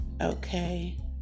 okay